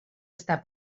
està